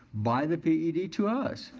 by the ped to us.